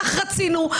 כך רצינו,